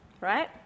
right